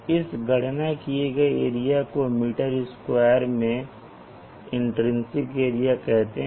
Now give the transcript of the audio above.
इस गणना किए गए एरिया को मीटर स्क्वायर में इन्ट्रिन्सिक एरिया कहते हैं